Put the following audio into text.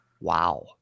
Wow